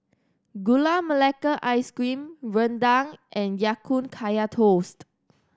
Gula Melaka Ice Cream rendang and Ya Kun Kaya Toast